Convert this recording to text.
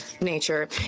nature